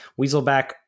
Weaselback